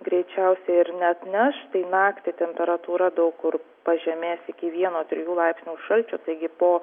greičiausiai ir neatneš tai naktį temperatūra daug kur pažemės iki vieno trijų laipsnių šalčio taigi po